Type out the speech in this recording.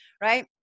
right